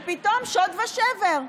ופתאום שוד ושבר.